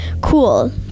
cool